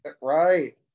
Right